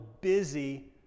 busy